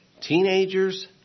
Teenagers